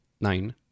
nine